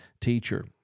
teacher